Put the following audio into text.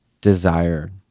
desire